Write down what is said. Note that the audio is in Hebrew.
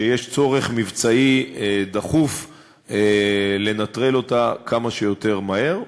שיש צורך מבצעי דחוף לנטרל אותה כמה שיותר מהר.